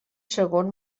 segon